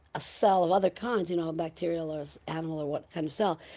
a cell of other kinds, you know, bacterial or animal or what kind of cell.